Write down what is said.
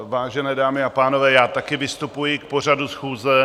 Vážené dámy a pánové, také vystupuji k pořadu schůze.